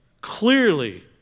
clearly